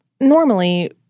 Normally